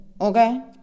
okay